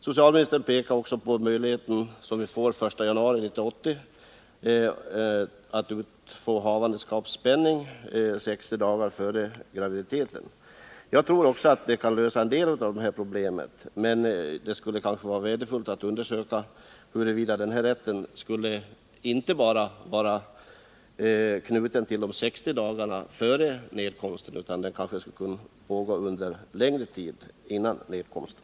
Socialministern visar också på möjligheten att fr.o.m. den 1 januari 1980 efter viss prövning utfå havandeskapspenning 60 dagar före förlossningen. Jag tror att vi också därigenom kan lösa en del av dessa problem, men det skulle ändå vara värdefullt med en undersökning av om den rätten inte bara skall vara knuten till de 60 dagarna före nedkomsten utan kanske även kunna innefatta längre tid före nedkomsten.